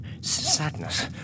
Sadness